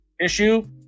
issue